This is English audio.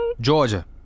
Georgia